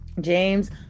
James